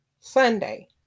Sunday